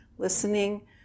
listening